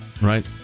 Right